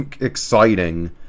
exciting